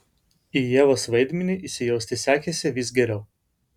į ievos vaidmenį įsijausti sekėsi vis geriau